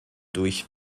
durch